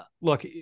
Look